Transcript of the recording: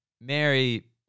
Mary